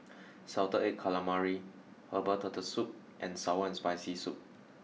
salted egg calamari herbal turtle soup and sour and spicy soup